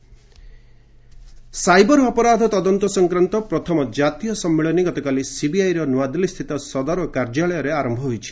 CBI conference cyber ଅପରାଧର ତଦନ୍ତ ସଂକ୍ରାନ୍ତ ପ୍ରଥମ ଜାତୀୟ ସମ୍ମିଳନୀ ଗତକାଲି ସିବିଆଇର ନୂଆଦିଲ୍ଲୀସ୍ଥ ସଦର କାର୍ଯ୍ୟାଳୟରେ ଆରମ୍ଭ ହୋଇଛି